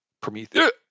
Prometheus